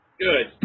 Good